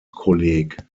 kolleg